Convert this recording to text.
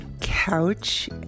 couch